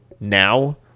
now